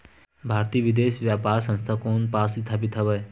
भारतीय विदेश व्यापार संस्था कोन पास स्थापित हवएं?